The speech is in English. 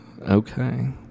okay